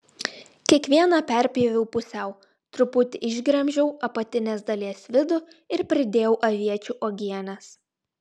kiekvieną perpjoviau pusiau truputį išgremžiau apatinės dalies vidų ir pridėjau aviečių uogienės